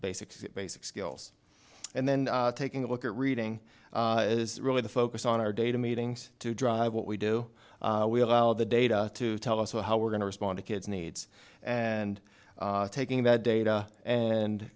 basic basic skills and then taking a look at reading is really the focus on our data meetings to drive what we do we allow the data to tell us what how we're going to respond to kids needs and taking that